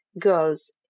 girls